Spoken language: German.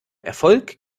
erfolg